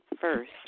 first